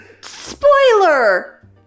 Spoiler